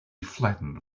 flattened